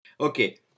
Okay